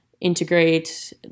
integrate